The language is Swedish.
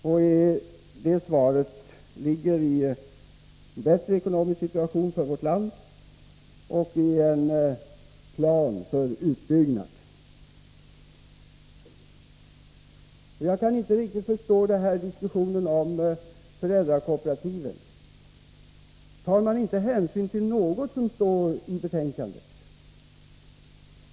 Om detta svar skall bli positivt, måste vi få en bättre ekonomisk situation i vårt land och en plan för utbyggnad. Jag kan inte riktigt förstå diskussionerna om föräldrakooperativen. Tar man inte hänsyn till något som står i betänkandet?